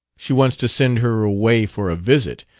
she wants to send her away for a visit.